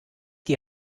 die